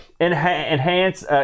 Enhance